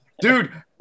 dude